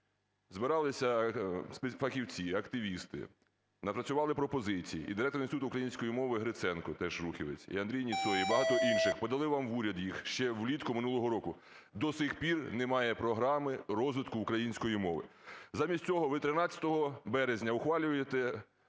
Збиралися фахівці, активісти, напрацювали пропозиції, і директор Інституту української мови Гриценко, теж "рухівець", і Андрій Ніцой, і багато інших подали вам в уряд їх ще влітку минулого року. До цих пір немає програми розвитку української мови. Замість цього ви 13 березня ухвалюєте